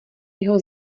jeho